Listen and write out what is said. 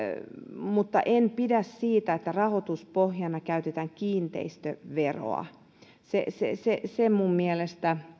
mutta en pidä siitä että rahoituspohjana käytetään kiinteistöveroa se se minun mielestäni